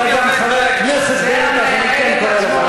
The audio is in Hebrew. אתה גם חבר הכנסת, לכן אני קורא אותך לסדר.